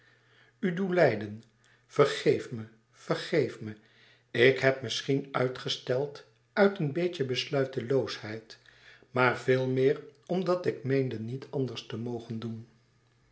doe lijden vergeef me vergeef me ik heb misschien uitgesteld uit een beetje besluiteloosheid maar veel meer omdat ik meende niet anders te mogen doen